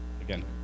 again